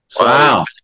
Wow